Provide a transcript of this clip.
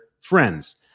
friends